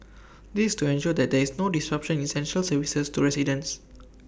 this is to ensure that there is no disruption in essential services to residents